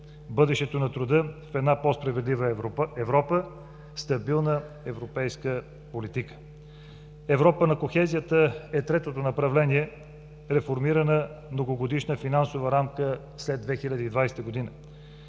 бъдещето на труда в една по-справедлива Европа, стабилна европейска политика. Европа на кохезията е третото направление – реформирана многогодишна финансова рамка след 2020 г.,